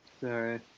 Sorry